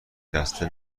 دسته